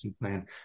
plan